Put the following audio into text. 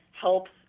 helps